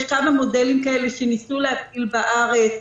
יש כמה מודלים כאלה שניסו להפעיל בארץ,